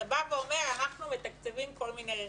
אתה בא ואומר, אנחנו מתקצבים כל מיני רכיבים.